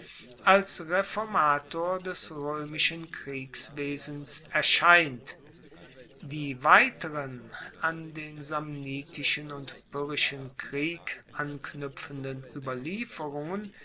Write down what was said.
als reformator des roemischen kriegswesens erscheint die weiteren an den samnitischen und pyrrhischen krieg anknuepfenden